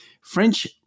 French